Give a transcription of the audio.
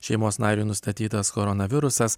šeimos nariui nustatytas koronavirusas